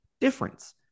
difference